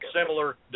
similar